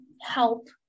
help